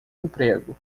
emprego